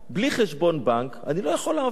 בלי חשבון בנק אני לא יכול לעבוד.